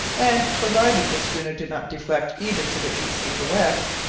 and, provided the schooner did not deflect either to the east or the west,